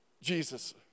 Jesus